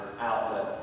outlet